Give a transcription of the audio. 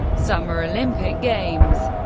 summer olympic games